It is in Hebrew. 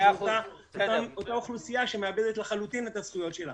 של אותה אוכלוסייה שמאבדת לחלוטין את הזכויות שלה.